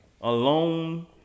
alone